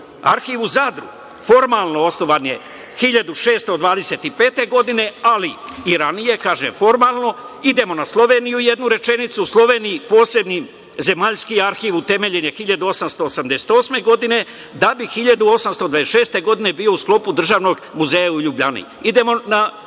arhiv u Zadru formalno je osnovan 1625. godine, ali i ranije, kažem formalno. Idemo na Sloveniju, jednu rečenicu. U Sloveniji postoji Zemaljski arhiv, utemeljen je 1888. godine, da bi 1826. godine bio u sklopu državnog muzeja u Ljubljani. Idemo na